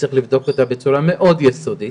שצריך לבדוק אותה בצורה מאוד יסודית.